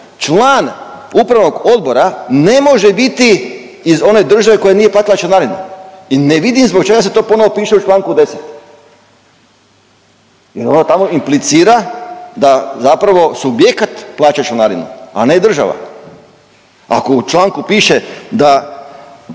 član upravnog odbora ne može biti iz one države koja nije platila članarinu i ne vidim zbog čega se to ponovo piše u članku 10. jer ona tamo implicira da zapravo subjekat plaća članarinu, a ne država. Ako u članku piše da,